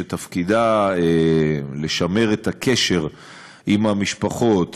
שתפקידה לשמר את הקשר עם המשפחות,